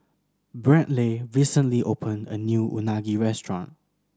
Brantley recently opened a new Unagi restaurant